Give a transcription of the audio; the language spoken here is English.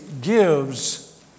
gives